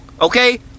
Okay